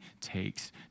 takes